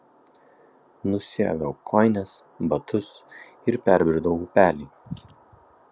nusiaviau kojines batus ir perbridau upelį